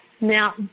Now